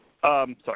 sorry